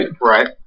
Right